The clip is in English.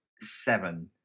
seven